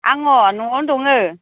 आङ न'वावनो दङो